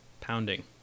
pounding